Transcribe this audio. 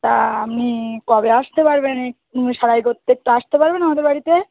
তা আপনি কবে আসতে পারবেন সারাই করতে একটু আসতে পারবেন আমাদের বাড়িতে